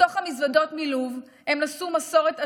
בתוך המזוודות מלוב הם נשאו מסורת עשירה,